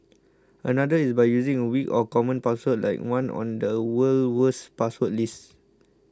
another is by using a weak or common password like one on the world's worst password list